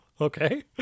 Okay